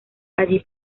allí